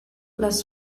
les